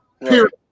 period